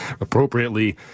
appropriately